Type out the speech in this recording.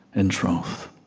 in troth